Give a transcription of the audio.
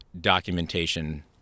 documentation